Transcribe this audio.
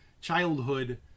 childhood